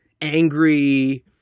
angry